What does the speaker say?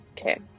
Okay